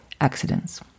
accidents